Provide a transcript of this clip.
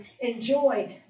enjoy